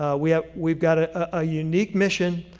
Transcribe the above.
ah we've we've got a ah unique mission.